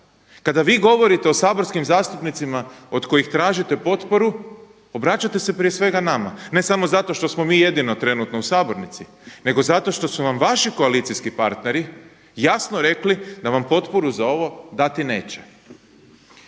Kada vi govorite o saborskim zastupnicima od kojih tražite potporu obraćate se prije svega nama, ne samo zato što smo mi jedino trenutno u sabornici nego zato što su vam vaši koalicijski partneri jasno rekli da vam potporu za ovo dati neće.